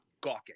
gawking